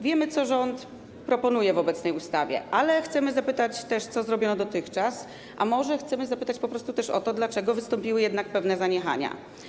Wiemy, co rząd proponuje w obecnej ustawie, ale chcemy zapytać też, co zrobiono dotychczas, a może chcemy zapytać po prostu też o to, dlaczego wystąpiły jednak pewne zaniechania.